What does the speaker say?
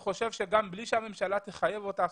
אני חושב שגם בלי שהממשלה תחייב את הסוכנות,